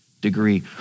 degree